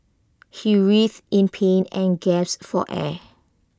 he writhed in pain and gasped for air